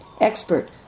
expert